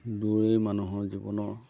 দৌৰেই মানুহৰ জীৱনৰ